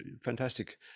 fantastic